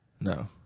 no